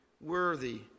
worthy